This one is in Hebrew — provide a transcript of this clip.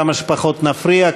כמה שפחות נפריע,